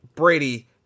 brady